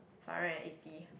five hundred and eighty